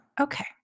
Okay